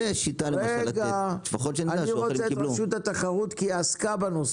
אני רוצה את רשות התחרות כי היא עסקה בנושא,